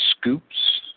Scoops